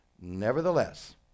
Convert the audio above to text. Nevertheless